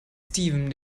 steven